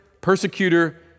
persecutor